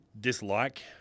dislike